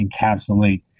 encapsulate